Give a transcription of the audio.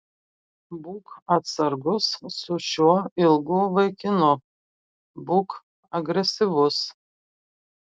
būk atsargus su šiuo ilgu vaikinu būk agresyvus